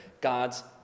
God's